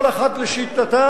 כל אחת לשיטתה,